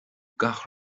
gach